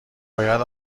باید